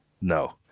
no